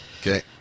Okay